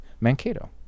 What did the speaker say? Mankato